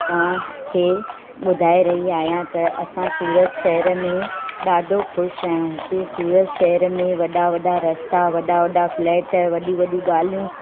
तव्हां खे ॿुधाये रही आहियां त असां सूरत शहर में ॾाढो ख़ुशि आहियूं हिते सूरत शहर में वॾा वॾा रस्ता वॾा वॾा फ्लैट वॾियूं वॾियूं ॻाल्हियूं